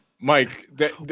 Mike